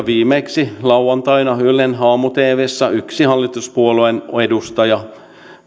viimeksi lauantaina ylen aamu tvssä yksi hallituspuolueen edustaja